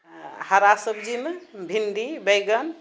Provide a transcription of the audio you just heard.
हरा सब्जीमे भिन्डी बैगन